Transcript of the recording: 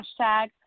hashtag